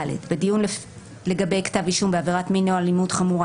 " (ד) בדיון לגבי כתב אישום בעבירת מין או אלימות חמורה,